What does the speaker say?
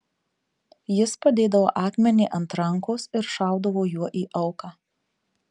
jis padėdavo akmenį ant rankos ir šaudavo juo į auką